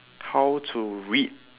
how to read